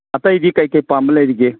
ꯑꯇꯩꯗꯤ ꯀꯩꯀꯩ ꯄꯥꯝꯕ ꯂꯩꯔꯤꯒꯦ